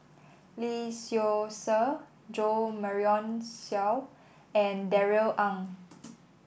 Lee Seow Ser Jo Marion Seow and Darrell Ang